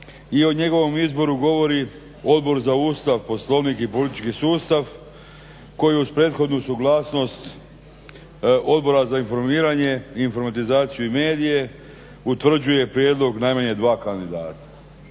i o njegovom izboru govori Odbor za Ustav, Poslovnik i politički sustav koji uz prethodnu suglasnost Odbora za informiranje, informatizaciju i medije utvrđuje prijedlog najmanje 2 kandidata.